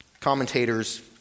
commentators